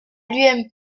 l’ump